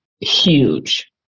huge